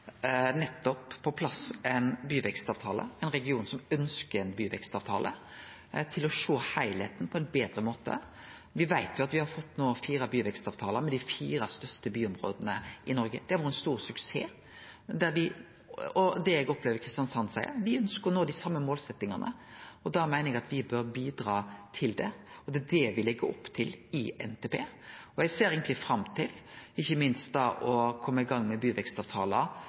på plass ein byvekstavtale i ein region som ønskjer ein byvekstavtale, til å sjå heilskapen på ein betre måte. Me veit at me no har fått fire byvekstavtalar, med dei fire største byområda i Noreg, og det har vore ein stor suksess. Det eg opplever at Kristiansand seier, er at dei ønskjer å nå dei same målsettingane. Da meiner eg at me bør bidra til det, og det er det me legg opp til i NTP. Eg ser fram til ikkje minst å kome i gang med byvekstavtalar